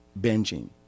binging